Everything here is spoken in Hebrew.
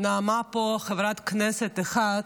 נאמה פה חברת כנסת אחת,